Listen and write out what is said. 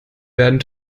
werden